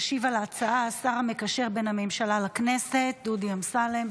ישיב על ההצעה השר המקשר בין הממשלה לכנסת דודי אמסלם.